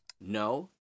No